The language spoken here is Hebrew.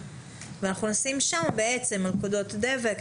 ואנחנו נשים שם בעצם מלכודות דבק.